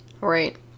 Right